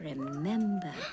Remember